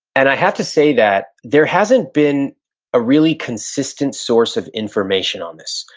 and i have to say that there hasn't been a really consistent source of information on this,